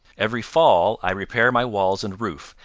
every fall i repair my walls and roof,